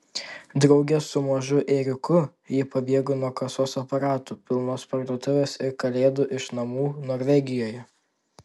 drauge su mažu ėriuku ji pabėgo nuo kasos aparatų pilnos parduotuvės ir kalėdų iš namų norvegijoje